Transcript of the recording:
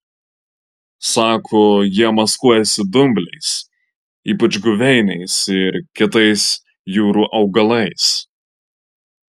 sako jie maskuojasi dumbliais ypač guveiniais ir kitais jūrų augalais